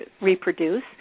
reproduce